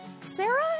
Sarah